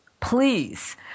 please